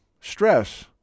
Stress